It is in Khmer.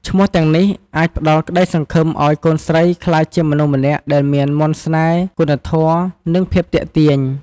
ឈ្មោះទាំងនេះអាចផ្តល់ក្តីសង្ឃឹមឱ្យកូនស្រីក្លាយជាមនុស្សម្នាក់ដែលមានមន្តស្នេហ៍ គុណធម៌ និងមានភាពទាក់ទាញ។